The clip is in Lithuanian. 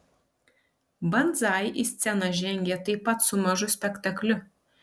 banzai į sceną žengė taip pat su mažu spektakliu